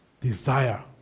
desire